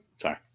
Sorry